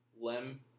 Lem